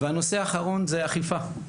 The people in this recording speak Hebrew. והנושא האחרון זה אכיפה.